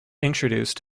introduced